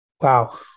wow